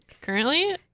Currently